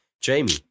Jamie